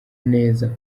neza